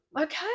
okay